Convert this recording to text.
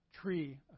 tree